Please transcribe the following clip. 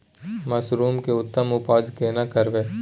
Mushroom के उत्तम उपज केना करबै?